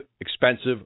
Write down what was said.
expensive